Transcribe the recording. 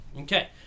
Okay